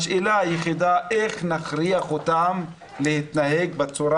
השאלה היחידה היא איך נכריח אותם להתנהג בצורה